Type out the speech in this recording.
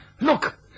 look